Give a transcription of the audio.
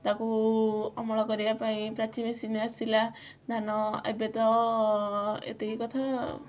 ତାକୁ ଅମଳ କରିବା ପାଇଁ ପ୍ରାଚୀ ମେସିନ ଆସିଲା ଧାନ ଏବେ ତ ଏତିକି କଥା